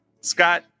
Scott